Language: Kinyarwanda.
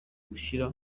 gushyira